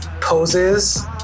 poses